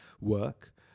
work